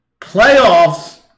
playoffs